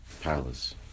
palace